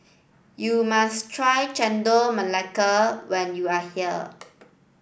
you must try Chendol Melaka when you are here